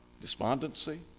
Despondency